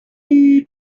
six